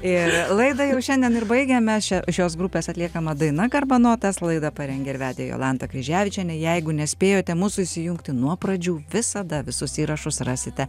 ir laida jau šiandien ir baigiame šia šios grupės atliekama daina garbanotas laidą parengė ir vedė jolanta kryževičienė jeigu nespėjote mūsų įsijungti nuo pradžių visada visus įrašus rasite